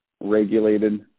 regulated